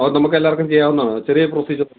അത് നമുക്ക് എല്ലാവർക്കും ചെയ്യാവുന്നതാണോ ചെറിയ പ്രൊസീജർ